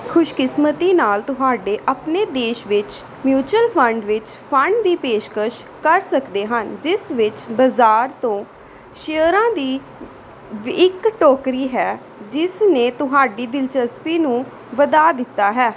ਖੁਸ਼ਕਿਸਮਤੀ ਨਾਲ ਤੁਹਾਡੇ ਆਪਣੇ ਦੇਸ਼ ਵਿੱਚ ਮਿਊਚਲ ਫੰਡ ਵਿੱਚ ਫੰਡ ਦੀ ਪੇਸ਼ਕਸ਼ ਕਰ ਸਕਦੇ ਹਨ ਜਿਸ ਵਿੱਚ ਬਜ਼ਾਰ ਤੋਂ ਸ਼ੇਅਰਾਂ ਦੀ ਵੀ ਇੱਕ ਟੋਕਰੀ ਹੈ ਜਿਸ ਨੇ ਤੁਹਾਡੀ ਦਿਲਚਸਪੀ ਨੂੰ ਵਧਾ ਦਿੱਤਾ ਹੈ